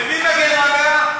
ומי מגן עליה?